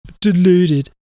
Deluded